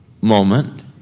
moment